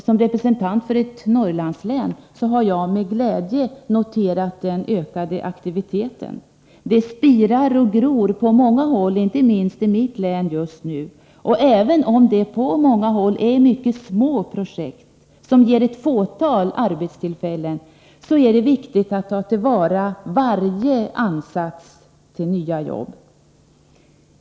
Som representant för ett Norrlandslän har jag med glädje noterat den ökade aktiviteten. Det spirar och gror i många fall inte minst i mitt län just nu, och även om det på många håll är mycket små projekt som ger ett fåtal arbetstillfällen är det viktigt att ta till vara varje ansats till nya jobb.